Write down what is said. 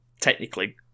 technically